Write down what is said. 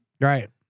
Right